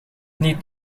niet